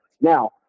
Now